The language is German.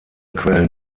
quellen